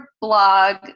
blog